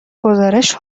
گزارش